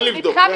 אין לבדוק.